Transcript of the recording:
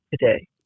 today